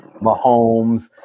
mahomes